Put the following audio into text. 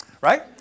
right